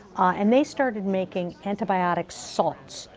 and they started making antibiotic salts,